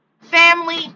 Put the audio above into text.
Family